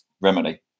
remedy